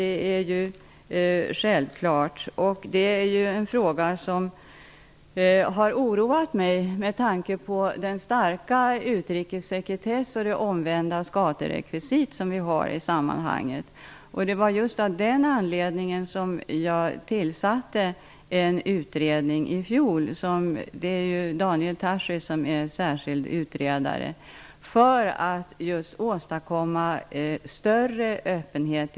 Det är en fråga som har oroat mig med tanke på den starka utrikessekretess och det omvända skaderekvisit som finns i sammanhanget. Det var just av den anledningen som jag i fjol tillsatte en utredning -- det är Daniel Tarschys som är särskild utredare -- för att åstadkomma större öppenhet.